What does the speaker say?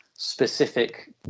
specific